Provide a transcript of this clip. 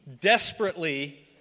desperately